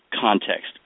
context